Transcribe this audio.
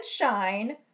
shine